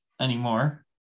anymore